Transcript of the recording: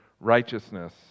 righteousness